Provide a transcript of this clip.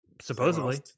Supposedly